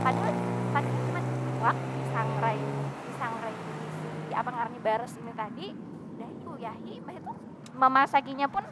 Padahal padahal cuma iwak disangrai. Disangrai si apa namanya baras ini tadi, udah ai diuyahi. Mbah itu memasakinya pun